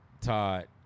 Todd